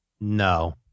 No